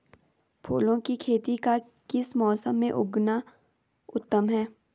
फूलों की खेती का किस मौसम में उगना उत्तम है?